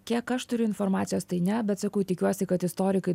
kiek aš turiu informacijos tai ne bet sakau tikiuosi kad istorikai